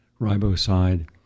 riboside